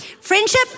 friendship